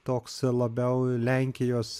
toks labiau lenkijos